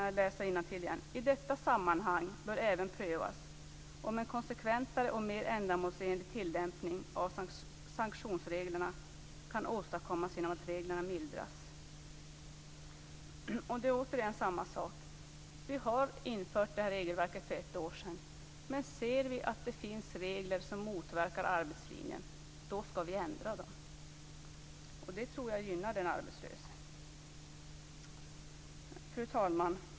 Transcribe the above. Jag läser innantill igen: I detta sammanhang bör även prövas om en konsekventare och mer ändamålsenlig tillämpning av sanktionsreglerna kan åstadkommas genom att reglerna mildras. Återigen är det samma sak: Vi har infört det här regelverket för ett år sedan, men ser vi att det finns regler som motverkar arbetslinjen skall vi ändra dem. Det tror jag gynnar den arbetslöse. Fru talman!